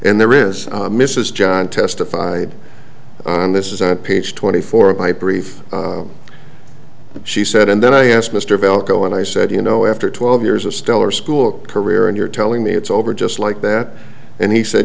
and there is mrs john testified on this is a page twenty four of my brief she said and then i asked mr velcro and i said you know after twelve years a stellar school career and you're telling me it's over just like that and he said